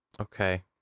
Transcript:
Okay